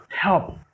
Help